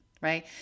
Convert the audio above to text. right